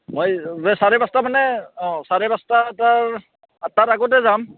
মই যে চাৰে পাঁচটা মানে অঁ চাৰে পাঁচটা তাৰ তাৰ আগতে যাম